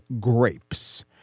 grapes